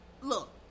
look